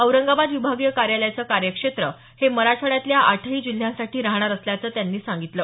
औरंगाबाद विभागीय कार्यालयाचं कार्यक्षेत्र हे मराठवाड्यातल्या आठही जिल्ह्यांसाठी राहणार असल्याचं त्यांनी सांगितलं